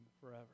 forever